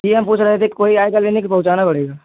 यही हम पूछ रहे थे कोई आएगा लेने कि पहुँचाना पड़ेगा